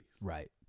Right